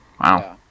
Wow